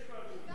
יש דיון.